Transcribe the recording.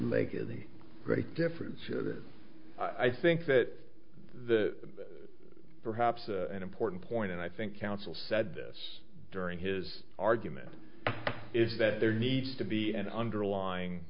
great difference i think that the perhaps an important point and i think counsel said this during his argument is that there needs to be an underlying